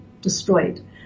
destroyed